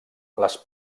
les